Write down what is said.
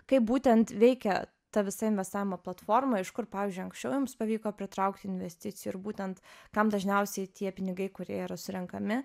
kaip būtent veikia ta visa investavimo platforma iš kur pavyzdžiui anksčiau jums pavyko pritraukti investicijų ir būtent kam dažniausiai tie pinigai kurie yra surenkami